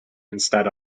instead